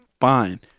fine